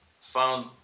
found